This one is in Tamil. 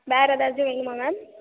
வேற எதாவது வேணுமா மேம்